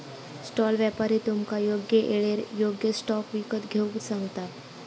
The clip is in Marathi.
स्टॉल व्यापारी तुमका योग्य येळेर योग्य स्टॉक विकत घेऊक सांगता